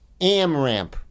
AmRamp